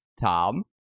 Tom